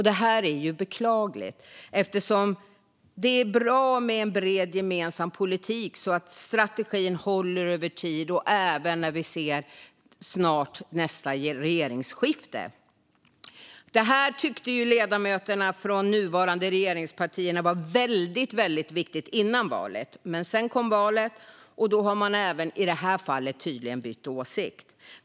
Det är beklagligt eftersom det är bra med en bred, gemensam politik så att strategin håller över tid och även när vi nu snart ser ett regeringsskifte. Ledamöterna från de nuvarande regeringspartierna tyckte att detta var väldigt viktigt innan valet, men sedan kom valet och då bytte man även i det här fallet tydligen åsikt.